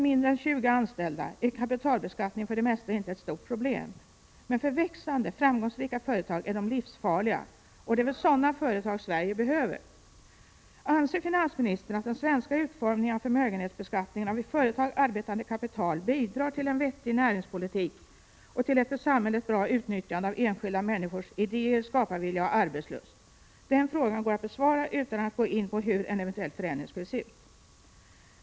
mesta inte ett stort problem. Men för växande, framgångsrika företag är de livsfarliga. Det är väl sådana företag Sverige behöver? Anser finansministern att den svenska utformningen av förmögenhetsbeskattning av i företag arbetande kapital bidrar till en vettig näringspolitik och till ett för samhället bra utnyttjande av enskilda människors idéer, skaparvilja och arbetslust? Den frågan går att besvara utan att gå in på hur en eventuell förändring skulle se ut.